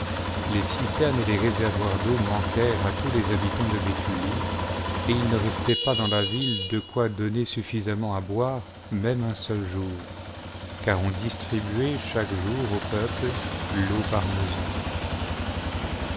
les eiternes et les réservoirs d'eau manquèrent à tous les habitants de béthulie et il ne restait pas dans la ville de quoi donner suffisamment à boire même un seul jour car on disti'ibuait chaque jour au peuple l'eau par mesure